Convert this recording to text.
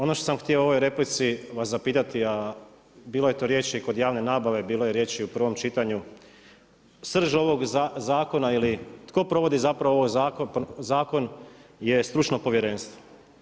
Ono što sam htio u ovoj replici vas zapitati, a bilo je tu riječi o javne nabave, bilo je riječi u prvom čitanju, srž ovog zakona, ili tko provodi zapravo ovo zakon je stručno povjerenstvo.